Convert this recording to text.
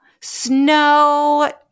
snow